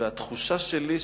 והתחושה שלי,